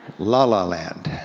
la la land.